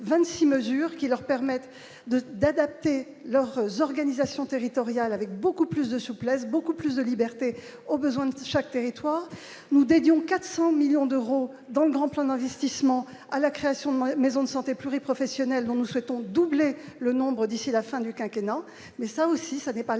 26 mesures qui leur permette de d'adapter leur organisation territoriale, avec beaucoup plus de souplesse, beaucoup plus de liberté aux besoins de chaque territoire nous dédions 400 millions d'euros dans le grand plan d'investissement à la création de maisons de santé pluri-professionnelle dont nous souhaitons doubler le nombre d'ici la fin du quinquennat mais ça aussi, ça n'est pas l'Alpha